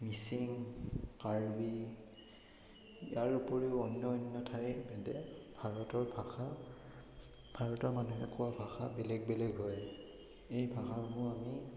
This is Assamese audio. মিচিং কাৰ্বি ইয়াৰ ওপৰিও অন্য অন্য ঠাইভেদে ভাৰতৰ ভাষা ভাৰতৰ মানুহে কোৱা ভাষা বেলেগ বেলেগ হয় এই ভাষাবোৰ আমি